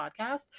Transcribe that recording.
podcast